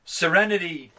serenity